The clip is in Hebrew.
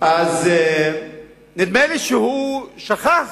נדמה לי שהוא שכח